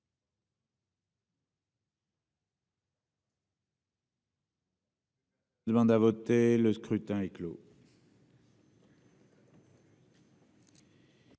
Demande voter le scrutin est clos.